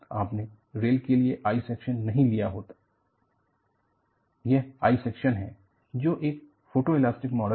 आपने रेल के लिए I सेक्शन नहीं लिया होता लिया होता यह I सेक्शन है जो एक फोटोइलास्टिक मॉडल है